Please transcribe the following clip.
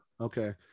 Okay